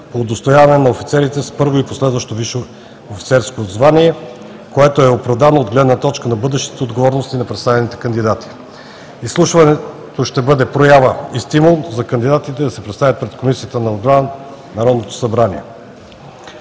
по удостояване на офицерите с първо и последващо висше военно звание, както и заемането на длъжност, което е оправдано от гледна точка на бъдещите отговорности на представените кандидати. Изслушването ще бъде проява и стимул за кандидатите да се представят пред Комисията по отбрана на Народното събрание